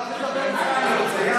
גם ממך אני רוצה לקבל.